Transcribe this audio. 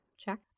Check